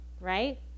right